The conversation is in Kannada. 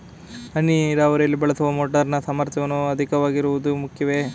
ಹನಿ ನೀರಾವರಿಯಲ್ಲಿ ಬಳಸುವ ಮೋಟಾರ್ ನ ಸಾಮರ್ಥ್ಯ ಅಧಿಕವಾಗಿರುವುದು ಮುಖ್ಯವೇ?